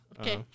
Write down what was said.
Okay